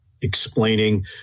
explaining